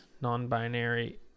non-binary